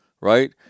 right